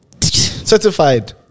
Certified